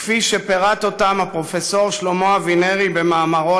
כפי שפירט אותם פרופ' שלמה אבינרי במאמרו,